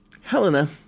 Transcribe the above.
Helena